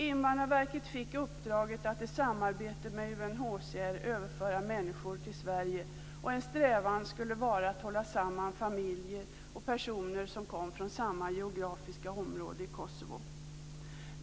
Invandrarverket fick i uppdrag att i samarbete med UNHCR överföra människor till Sverige, och en strävan skulle vara att hålla samman familjer och personer som kom från samma geografiska område i Kosovo.